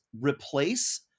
replace